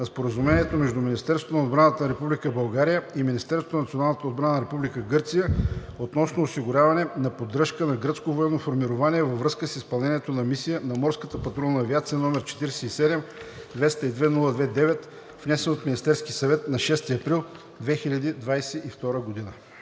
на Споразумението между Министерството на отбраната на Република България и Министерството на националната отбрана на Република Гърция относно осигуряване на поддръжка на гръцко военно формирование във връзка с изпълнението на мисия на Морската патрулна авиация, № 47-202-02-9, внесен от Министерския съвет на 6 април 2022 г.“